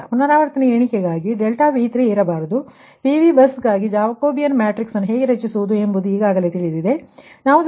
ಆದ್ದರಿಂದ ಪುನರಾವರ್ತನೆ ಎಣಿಕೆಗಾಗಿ∆V3 ಇರಬಾರದು PVಬಸ್ಗಾಗಿ ಜಾಕೋಬಿಯನ್ ಮ್ಯಾಟ್ರಿಕ್ಸ್ ಅನ್ನು ಹೇಗೆ ರಚಿಸುವುದು ಎಂದು ನೀವು ಈಗ ಅರ್ಥಮಾಡಿಕೊಂಡಿದ್ದೀರಿ ಎಂದು ನಾನು ಭಾವಿಸುತ್ತೇನೆ